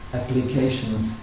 applications